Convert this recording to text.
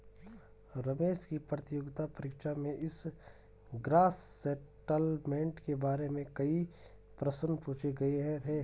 रमेश की प्रतियोगिता परीक्षा में इस ग्रॉस सेटलमेंट के बारे में कई प्रश्न पूछे गए थे